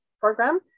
program